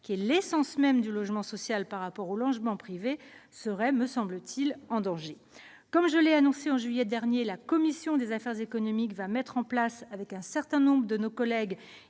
qui est l'essence même du logement social par rapport au logement privé, serait dès lors en grand danger. Comme je l'ai annoncé en juillet dernier, la commission des affaires économiques mettra en place, avec un certain nombre de collègues